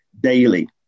daily